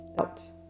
out